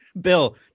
Bill